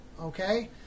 okay